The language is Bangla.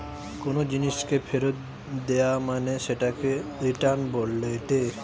কোনো জিনিসকে ফেরত দেয়া মানে সেটাকে রিটার্ন বলেটে